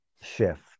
shift